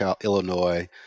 Illinois